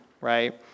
right